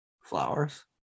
Flowers